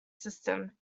system